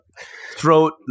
throat